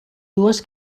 dues